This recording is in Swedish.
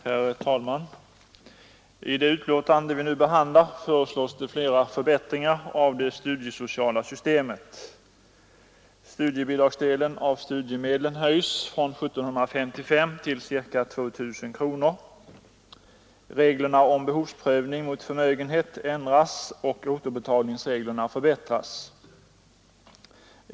Herr talman! I det betänkande som vi nu behandlar föreslås flera förbättringar av det studiesociala systemet. Studiebidragsdelen inom studiemedelssystemet höjs från 1750 kronor till ca 2 000 kronor, reglerna om behovsprövning mot förmögenhet ändras, och återbetalningsreglerna förbättras.